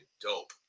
dope